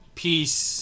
peace